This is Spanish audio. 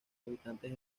habitantes